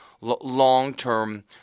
long-term